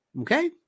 Okay